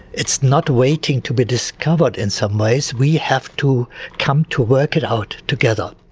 it's not waiting to be discovered in some ways. we have to come to work it out together.